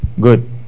Good